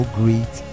great